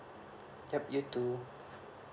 yup you too